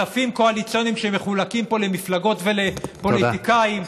כספים קואליציוניים שמחולקים פה למפלגות ולפוליטיקאים.